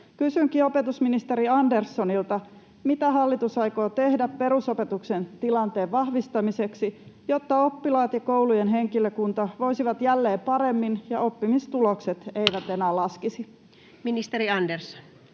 Kysynkin opetusministeri Anderssonilta: mitä hallitus aikoo tehdä perusopetuksen tilanteen vahvistamiseksi, jotta oppilaat ja koulujen henkilökunta voisivat jälleen paremmin ja oppimistulokset eivät enää laskisi? Ministeri Andersson.